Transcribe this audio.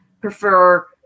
prefer